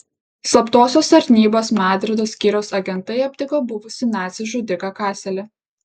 slaptosios tarnybos madrido skyriaus agentai aptiko buvusį nacį žudiką kaselį